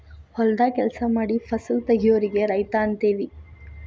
ಹೊಲದಾಗ ಕೆಲಸಾ ಮಾಡಿ ಫಸಲ ತಗಿಯೋರಿಗೆ ರೈತ ಅಂತೆವಿ